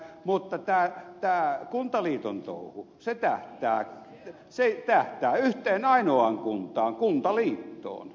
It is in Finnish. mutta tämä kuntaliiton touhu tähtää yhteen ainoaan kuntaan kuntaliittoon